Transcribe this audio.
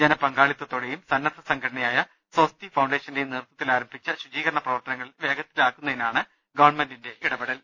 ജനപങ്കാളിത്തതോടെയും സന്നദ്ധ സംഘടനയായ സ്വസ്തി ഫൌണ്ടേഷന്റെയും നേതൃത്വത്തിൽ ആരംഭിച്ച ശുചീകരണ പ്രവർത്തനങ്ങൾ വേഗത്തിലാക്കുന്നതിനാണ് ഗവൺമെന്റിന്റെ ഇടപെടൽ